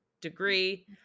degree